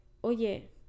oye